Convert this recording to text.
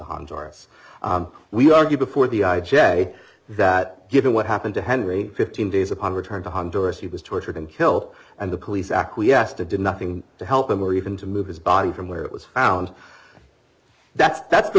honduras we argue before the i j a that given what happened to henry fifteen days upon return to honduras he was tortured and killed and the police acquiesced to did nothing to help him or even to move his body from where it was found that's that's the